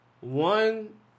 one